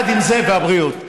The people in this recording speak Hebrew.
והבריאות.